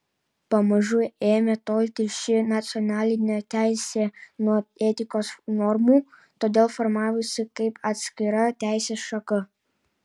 pamažu ėmė tolti ši nacionalinė teisė nuo etikos normų todėl formavosi kaip atskira teisės šaka